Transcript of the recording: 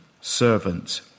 servant